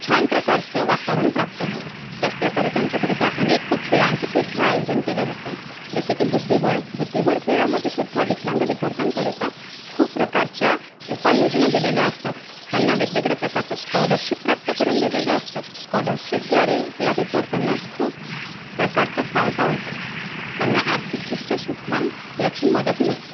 छान प्रकारचं वातावरण प्राप्त होणार त्याचप्रकारे त्यांच्याकडे तर अनेक खेळांचे सुद्धा आयोजन केले जाते जसे की बुद्धिबळ बुद्धिबळ खेळामध्ये सुद्धा विकलांग विद्यार्थ्यांकरिता खूप प्रकारच्या उपाययोजना दिलेल्या असतात त्यांना वेगवेगळया प्रकारच्या स्कॉलरशिप प्राप्त करून दिलेल्या असतात स्कॉलरशिपद्वारे या विद्यार्थ्यांना खूप प्रकारचा फायदा होतो त्यांना आर्थिकदृष्ट्या सुद्धा याची मदत मिळते